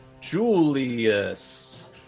Julius